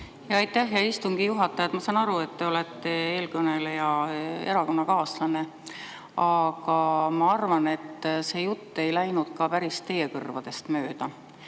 Aitäh, hea istungi juhataja! Ma saan aru, et te olete eelkõneleja erakonnakaaslane, aga ma arvan, et see jutt ei läinud ka teie kõrvadest päris